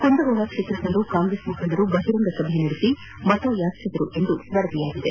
ಕುಂದಗೋಳ ಕ್ಷೇತ್ರದಲ್ಲೂ ಕಾಂಗ್ರೆಸ್ ಮುಖಂಡರು ಬಹಿರಂಗ ಸಭೆ ನಡೆಸಿ ಮತಯಾಚಿಸಿದರು ಎಂದು ವರದಿಯಾಗಿದೆ